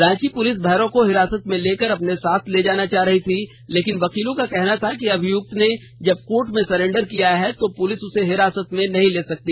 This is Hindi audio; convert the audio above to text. रांची पुलिस भैरव को हिरासत में लेकर अपने साथ ले जाना चाह रही थी लेकिन वकीलों का कहना था कि अभियुक्त ने जब कोर्ट में सरेंडर किया है तो पुलिस उसे हिरासत में नहीं ले सकती